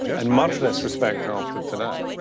and much less respect after today.